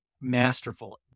masterful